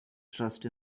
dressed